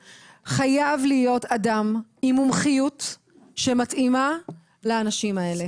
חייב להיות עם אדם עם מומחיות שמתאימה לאנשים האלה.